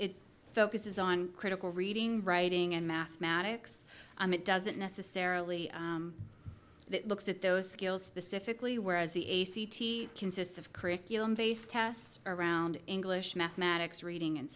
it focuses on critical reading writing and mathematics it doesn't necessarily that looks at those skills specifically whereas the a c t consists of curriculum based tests around english mathematics reading and